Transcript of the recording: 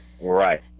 Right